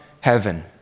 heaven